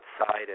outside